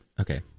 Okay